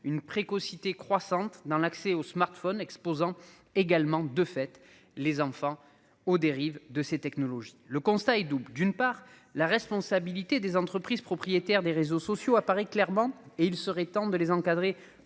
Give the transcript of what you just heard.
une précocité croissante dans l'accès aux smartphones exposants également de fait les enfants aux dérives de ces technologies. Le constat est double, d'une part la responsabilité des entreprises propriétaires des réseaux sociaux apparaît clairement et il serait temps de les encadrer